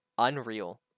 Unreal